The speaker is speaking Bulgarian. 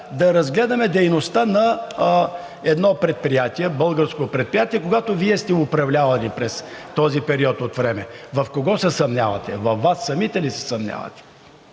да разгледаме дейността на едно предприятие, българско предприятие, когато Вие сте управлявали през този период от време. В кого се съмнявате – във Вас самите ли се съмнявате?!